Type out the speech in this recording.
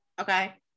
okay